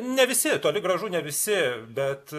ne visi toli gražu ne visi bet